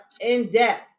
in-depth